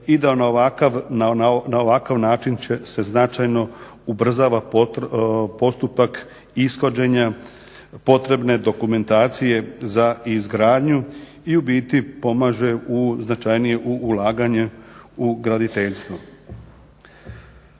i da na ovakav način se značajno ubrzava postupak ishođenja potrebne dokumentacije za izgradnju i u biti pomaže značajnije u ulaganje u graditeljstvo.